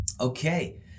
Okay